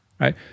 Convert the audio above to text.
Right